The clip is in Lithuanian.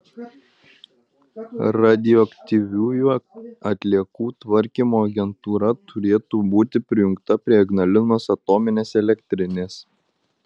radioaktyviųjų atliekų tvarkymo agentūra turėtų būti prijungta prie ignalinos atominės elektrinės